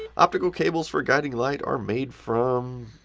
optical cables for guiding light are made from,